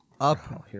up